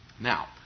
Now